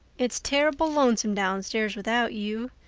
it's terrible lonesome downstairs without you.